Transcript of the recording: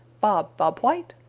bob bob white!